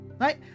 right